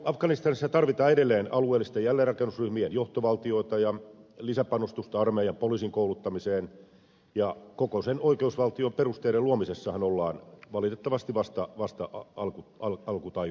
afganistanissa tarvitaan edelleen alueellisten jälleenrakennusryhmien johtovaltioita ja lisäpanostusta armeijan ja poliisin kouluttamiseen ja koko sen oikeusvaltion perusteiden luomisessahan ollaan valitettavasti vasta alkutaipaleella